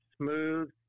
Smooth